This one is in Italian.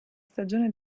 stagione